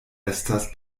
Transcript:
estas